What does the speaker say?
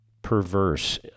perverse